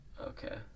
Okay